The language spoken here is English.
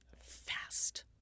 fast